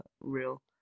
real